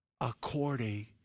according